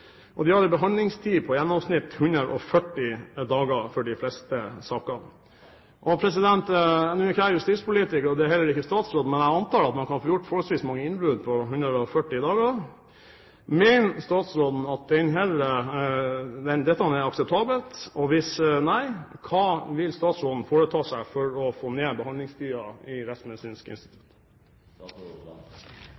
og de har en behandlingstid på i gjennomsnitt 140 dager for de fleste sakene. Nå er ikke jeg justispolitiker, og det er heller ikke statsråden, men jeg antar at man kan få gjort forholdsvis mange innbrudd på 140 dager. Mener statsråden at dette er akseptabelt? Og hvis nei, hva vil statsråden foreta seg for å få ned